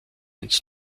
ins